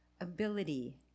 ability